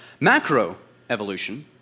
Macroevolution